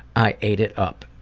i ate it up.